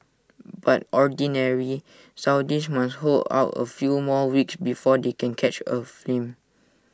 but Ordinary Saudis must hold out A few more which before they can catch A film